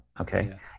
okay